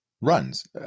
runs